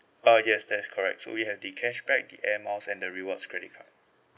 ah yes that's correct so we have the cashback the air miles and the rewards credit card